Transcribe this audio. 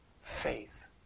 faith